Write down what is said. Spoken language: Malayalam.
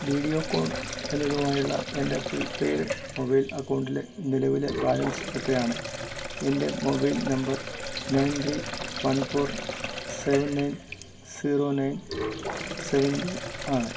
വീഡിയോകോൺ എന്നതുമായുള്ള എൻ്റെ പ്രീപെയ്ഡ് മൊബൈൽ അക്കൗണ്ടിലെ നിലവിലെ ബാലൻസ് എത്രയാണ് എൻ്റെ mobile number nine three one four seven nine zero nine seven two ആണ്